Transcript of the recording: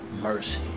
mercy